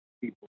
people